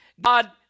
God